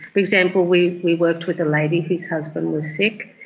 for example, we we work with a lady whose husband was sick,